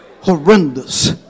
horrendous